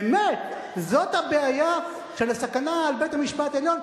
באמת, זאת הבעיה, של הסכנה על בית-המשפט העליון?